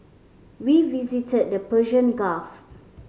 we visited the Persian Gulf